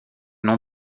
non